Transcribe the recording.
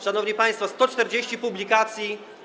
Szanowni państwo, 140 publikacji.